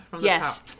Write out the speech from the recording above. Yes